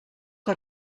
que